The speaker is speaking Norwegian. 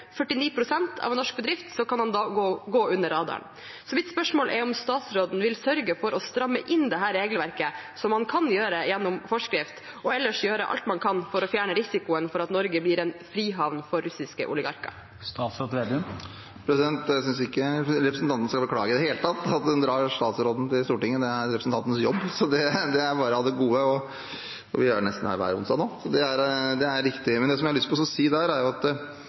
av en norsk bedrift, kan han gå under radaren. Mitt spørsmål er om statsråden vil sørge for å stramme inn dette regelverket, som man kan gjøre gjennom forskrift, og ellers gjøre alt man kan for å fjerne risikoen for at Norge blir en frihavn for russiske oligarker. Jeg synes ikke representanten skal beklage i det hele tatt at hun drar statsråden til Stortinget. Det er representantens jobb, så det er bare av det gode. Vi er her nesten hver onsdag nå, og det er riktig. Jeg har også fått et godt skriftlig spørsmål fra representanten om samme problemstilling, som vi må gå ordentlig inn i for å se på